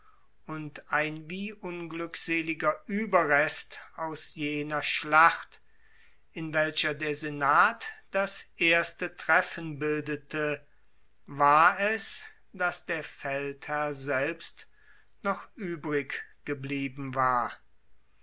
und ein wie unglückseliger ueberrest aus jener schlacht in welcher der senat das erste treffen bildete war es daß der feldherr selbst noch übrig geblieben war